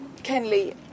Kenley